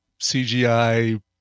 cgi